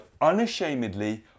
unashamedly